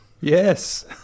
yes